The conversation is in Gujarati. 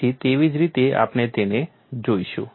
તેથી તેવી જ રીતે આપણે તેને જોઈશું